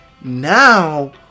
now